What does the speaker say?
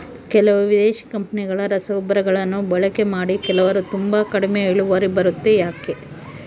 ಕೆಲವು ವಿದೇಶಿ ಕಂಪನಿಗಳ ರಸಗೊಬ್ಬರಗಳನ್ನು ಬಳಕೆ ಮಾಡಿ ಕೆಲವರು ತುಂಬಾ ಕಡಿಮೆ ಇಳುವರಿ ಬರುತ್ತೆ ಯಾಕೆ?